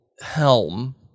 Helm